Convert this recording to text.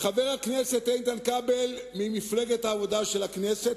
חבר הכנסת איתן כבל ממפלגת העבודה של הכנסת,